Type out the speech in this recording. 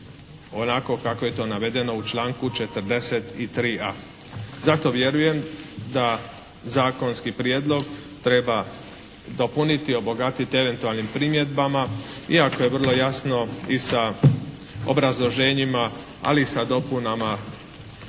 onako kako je to navedeno u članku 43.a. Zato vjerujem da zakonski prijedlog treba dopuniti i obogatiti eventualnim primjedbama iako je vrlo jasno i sa obrazloženjima ali i sa dopunama. Posebno